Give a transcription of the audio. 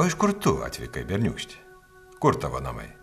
o iš kur tu atvykai berniūkšti kur tavo namai